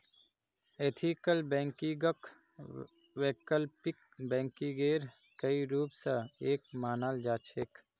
ethical बैंकिंगक वैकल्पिक बैंकिंगेर कई रूप स एक मानाल जा छेक